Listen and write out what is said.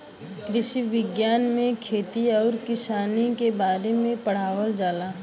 कृषि विज्ञान में खेती आउर किसानी के बारे में पढ़ावल जाला